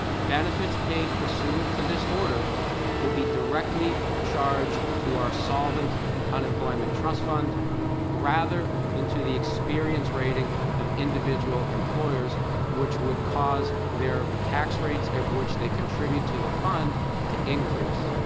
benefits paid pursuant to this order will be directly charged to our solvent unemployment trust fund rather than to the experience rating of individual employers which would cause their tax rates at which they contribute to the fund to increase.